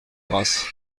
grasse